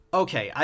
okay